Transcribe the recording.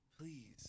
Please